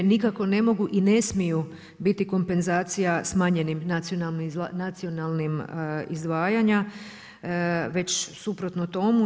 Nikako ne mogu i ne smiju biti kompenzacija smanjenih nacionalnih izdvajanja već suprotno tomu.